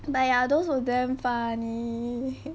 but ya those were damn funny